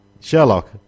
Sherlock